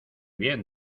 bien